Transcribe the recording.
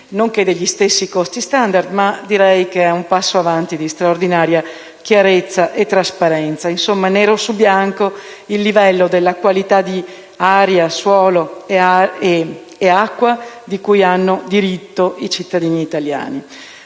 nonché degli stessi costi *standard*, ma direi che è un passo avanti di straordinaria chiarezza e trasparenza; insomma, viene messo nero su bianco il livello della qualità di aria, suolo e acqua cui hanno diritto i cittadini italiani.